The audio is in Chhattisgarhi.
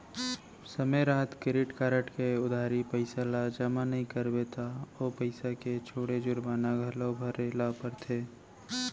समे रहत क्रेडिट कारड के उधारी पइसा ल जमा नइ करबे त ओ पइसा के छोड़े जुरबाना घलौ भरे ल परथे